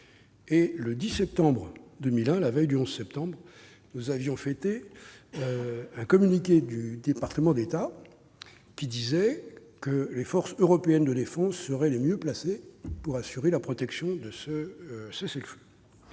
Or, le 10 septembre 2001- la veille du 11 septembre -, nous avons salué un communiqué du département d'État affirmant que les forces européennes de défense seraient les mieux placées pour assurer l'application du cessez-le-feu.